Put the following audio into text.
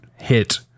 hit